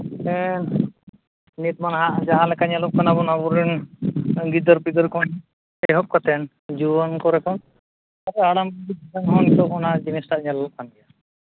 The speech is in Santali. ᱦᱮᱸ ᱱᱤᱛ ᱢᱟ ᱱᱟᱦᱟᱸᱜ ᱡᱟᱦᱟᱸ ᱞᱮᱠᱟ ᱧᱮᱞᱚᱜ ᱠᱟᱱᱟ ᱵᱚᱱ ᱟᱵᱚ ᱨᱮᱱ ᱜᱤᱫᱟᱹᱨ ᱯᱤᱫᱟᱹᱨ ᱠᱷᱚᱱ ᱮᱦᱚᱵ ᱠᱟᱛᱮᱫ ᱡᱩᱣᱟᱹᱱ ᱠᱚᱨᱮ ᱠᱷᱚᱱ ᱦᱟᱲᱟᱢ ᱧᱮᱞ ᱞᱮᱠᱷᱟᱱ